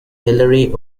hilary